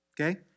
Okay